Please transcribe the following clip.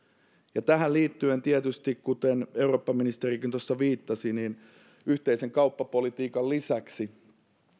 ja tähän liittyen tietysti kuten eurooppaministerikin tuossa viittasi yhteisen kauppapolitiikan lisäksi